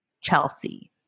Chelsea